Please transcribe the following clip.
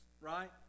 right